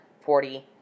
forty